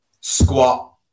squat